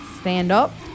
Stand-up